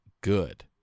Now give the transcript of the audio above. good